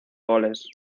goles